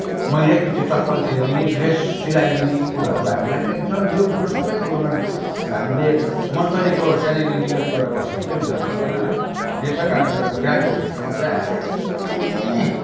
महिनैपछि चप्पल फेरिदिने ड्रेस सिलाइदिने कुराहरू हामीलाई एकदमै यो कुरो सबै कुरोमा हामीले मन्थलीको स्यालेरी डिपेन्ड गरेर बस्यौँ भने चाहिँ हुन सक्दैन है यसै कारणले गर्दा ग्रामीण क्षेत्रमा चाहिँ हामीलाई एकदमै